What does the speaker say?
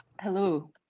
Hello